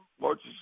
marches